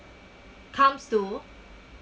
comes to